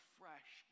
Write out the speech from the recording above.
fresh